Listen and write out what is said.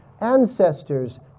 ancestors